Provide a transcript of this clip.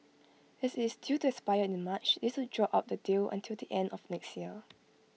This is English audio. as IT is due to expire in March this would draw out the deal until the end of next year